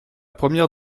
première